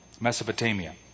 Mesopotamia